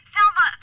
Selma